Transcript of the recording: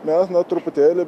ne na truputėlį